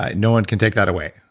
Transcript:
ah no one can take that away.